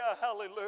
Hallelujah